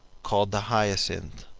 called the hyacinth,